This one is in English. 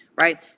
right